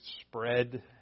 spread